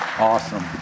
awesome